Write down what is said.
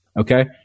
Okay